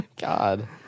God